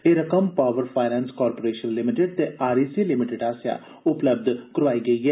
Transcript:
एह् रकम power finance corporation limited ते आर इ सी लिमिटेड आस्सेआ उपलब्ध करौआई गेई ऐ